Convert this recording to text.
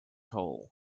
hole